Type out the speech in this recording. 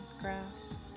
grass